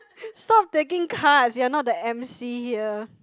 stop taking cards you are not the emcee here